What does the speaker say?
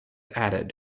added